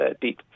deep